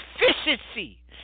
efficiency